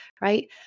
right